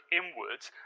inwards